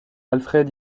alfred